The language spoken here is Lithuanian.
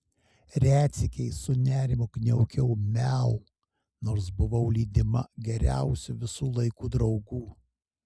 retsykiais su nerimu kniaukiau miau nors buvau lydima geriausių visų laikų draugų